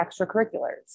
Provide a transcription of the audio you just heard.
extracurriculars